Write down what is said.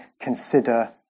consider